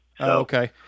Okay